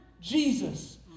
Jesus